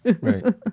right